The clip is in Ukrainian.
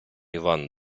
іван